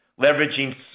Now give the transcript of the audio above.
leveraging